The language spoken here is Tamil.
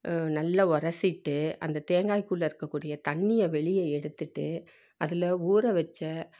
நல்லா உரசிட்டு அந்த தேங்காய்குள்ளே இருக்கக்கூடிய தண்ணியை வெளியே எடுத்துவிட்டு அதில் ஊற வைச்ச